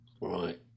Right